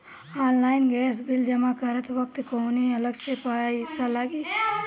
Online gas bill जमा करत वक्त कौने अलग से पईसा लागी?